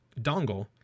dongle